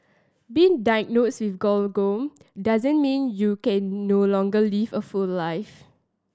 being diagnosed with glaucoma doesn't mean you can no longer live a full life